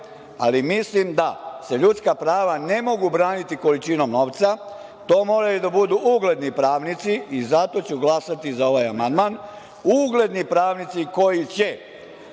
ali mislim da se ljudska prava ne mogu braniti količinom novca, to moraju da budu ugledi pravnici i zato ću glasati za ovaj amandman. Dakle, ugledni pravnici koji će